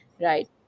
right